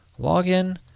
login